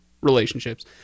relationships